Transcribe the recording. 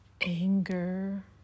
anger